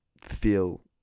feel